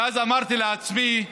ואז אמרתי לעצמי: